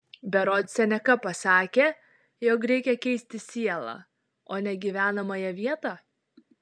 berods seneka pasakė jog reikia keisti sielą o ne gyvenamąją vietą